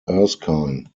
erskine